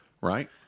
Right